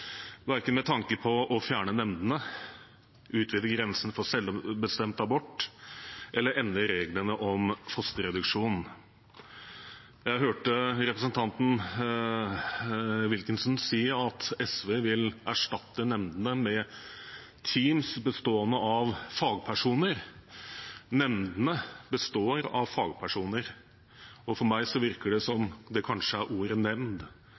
verken med tanke på å fjerne nemndene, utvide grensen for selvbestemt abort eller endre reglene om fosterreduksjon. Jeg hørte representanten Wilkinson si at SV vil erstatte nemndene med team bestående av fagpersoner. Nemndene består av fagpersoner, og for meg virker det som det kanskje er ordet